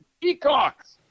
Peacocks